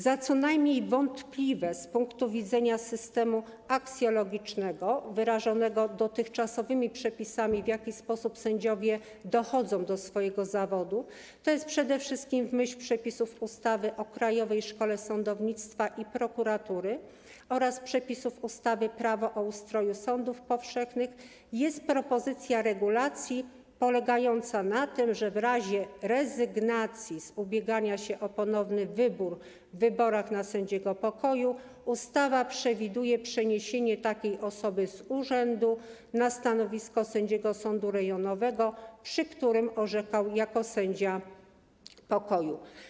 Za co najmniej wątpliwą z punktu widzenia systemu aksjologicznego wyrażonego dotychczasowymi przepisami dotyczącym tego, w jaki sposób sędziowie dochodzą do swojego zawodu - obecnie dzieje się to przede wszystkim zgodnie z przepisami ustawy o Krajowej Szkole Sądownictwa i Prokuratury oraz przepisów ustawy - Prawo o ustroju sądów powszechnych - można uznać propozycję regulacji polegającą na tym, że w razie rezygnacji z ubiegania się o ponowny wybór w wyborach na sędziego pokoju jest możliwe przeniesienie takiej osoby z urzędu na stanowisko sędziego sądu rejonowego, przy którym orzekał jako sędzia pokoju.